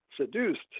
seduced